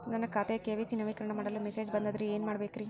ನನ್ನ ಖಾತೆಯ ಕೆ.ವೈ.ಸಿ ನವೇಕರಣ ಮಾಡಲು ಮೆಸೇಜ್ ಬಂದದ್ರಿ ಏನ್ ಮಾಡ್ಬೇಕ್ರಿ?